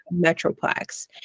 metroplex